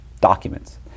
documents